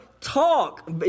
talk